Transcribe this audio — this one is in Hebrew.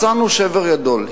מצאנו שבר גדול.